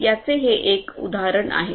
याचे हे एक उदाहरण आहे